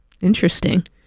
Interesting